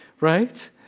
right